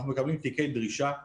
אנחנו מקבלים תיקי דרישה מתוקצבים,